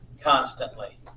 constantly